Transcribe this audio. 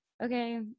okay